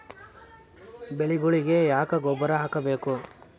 ಬೆಳಿಗೊಳಿಗಿ ಯಾಕ ಗೊಬ್ಬರ ಹಾಕಬೇಕು?